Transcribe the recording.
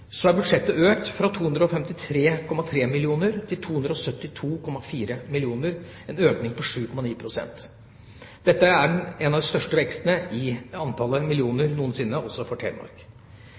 er budsjettet økt fra 253,3 mill. kr til 272,4 mill. kr, en økning på 7,9 pst. Dette er noe av den største veksten i antall millioner noensinne, også for Telemark.